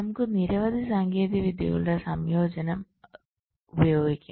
നമുക്ക് നിരവധി സാങ്കേതിക വിദ്യകളുടെ സംയോജനം ഉപയോഗിക്കാം